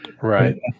Right